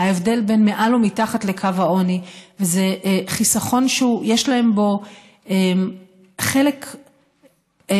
ההבדל בין מעל ומתחת לקו העוני זה חיסכון שיש להם בו חלק בדין,